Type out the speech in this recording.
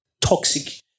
toxic